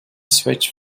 switch